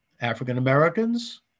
African-Americans